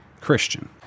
Christian